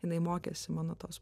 jinai mokėsi mano tos